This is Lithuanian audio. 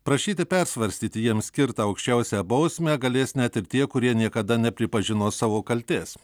prašyti persvarstyti jiems skirtą aukščiausią bausmę galės net ir tie kurie niekada nepripažino savo kaltės